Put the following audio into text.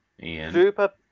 Super